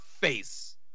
face